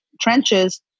trenches